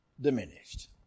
diminished